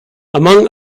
among